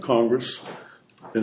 congress and